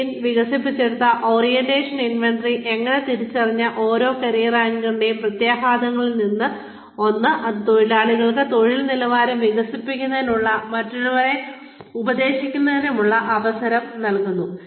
Sheen വികസിപ്പിച്ചെടുത്ത orientation inventory അങ്ങനെ തിരിച്ചറിഞ്ഞ ഓരോ കരിയർ ആങ്കറിന്റെയും പ്രത്യാഘാതങ്ങളിൽ ഒന്ന് അത് തൊഴിലാളിക്ക് തൊഴിൽ നിലവാരം വികസിപ്പിക്കുന്നതിനും മറ്റുള്ളവരെ ഉപദേശിക്കുന്നതിനുമുള്ള അവസരം നൽകുന്നു